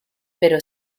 pero